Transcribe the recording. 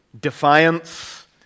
defiance